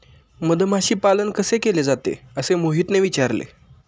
मधमाशी पालन कसे केले जाते? असे मोहितने विचारले